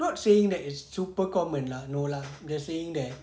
not saying that it's super common lah no lah just saying that